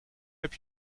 heb